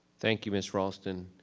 thank you, ms. raulston,